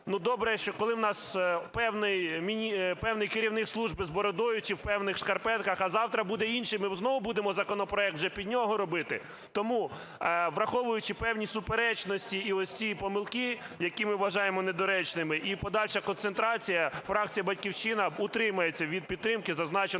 добре, що коли в нас певний керівник служби з бородою чи в певних шкарпетках, а завтра буде інший – ми знову будемо законопроект вже під нього робити? Тому, враховуючи певні суперечності і ось ці помилки, які ми вважаємо недоречними, і подальша концентрація, фракції "Батьківщина" утримається від підтримки зазначеного